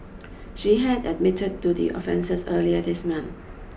she had admitted to the offences earlier this month